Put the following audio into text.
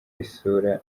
isura